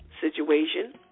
situation